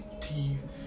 teeth